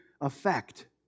affect